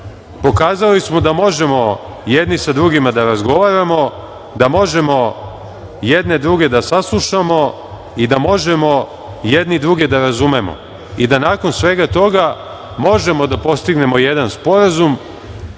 Pokazali smo da možemo jedni sa drugima da razgovaramo, da možemo jedni druge da saslušamo i da možemo jedni druge da razumemo i da nakon svega toga možemo da postignemo jedan sporazum